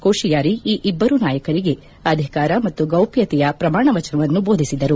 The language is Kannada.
ಕೋಶಿಯಾರಿ ಈ ಇಬ್ಲರೂ ನಾಯಕರಿಗೆ ಅಧಿಕಾರ ಮತ್ತು ಗೌಪ್ಲತೆಯ ಪ್ರಮಾಣ ವಚನವನ್ನು ಬೋಧಿಸಿದರು